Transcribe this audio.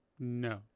no